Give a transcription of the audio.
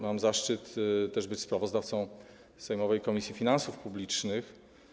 Mam zaszczyt być też sprawozdawcą sejmowej Komisji Finansów Publicznych.